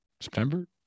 september